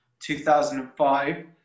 2005